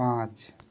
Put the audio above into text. पाँच